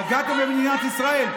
אתם פגעתם במדינת ישראל.